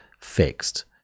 fixed